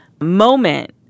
moment